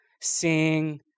sing